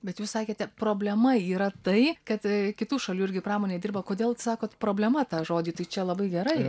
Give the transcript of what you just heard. bet jūs sakėte problema yra tai kad kitų šalių irgi pramonė dirba kodėl sakot problema tą žodį tai čia labai gerai